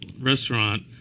restaurant